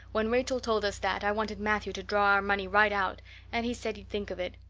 when rachel told us that, i wanted matthew to draw our money right out and he said he'd think of it.